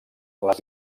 les